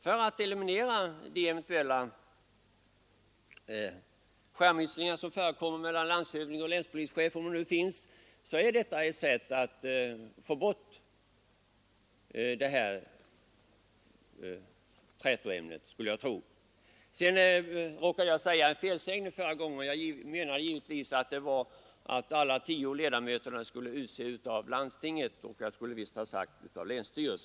Jag vill tro att det som vi föreslår är ett sätt att eliminera de eventuella skärmytslingar som kan förekomma mellan landshövding och länspolischef.